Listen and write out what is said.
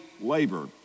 labor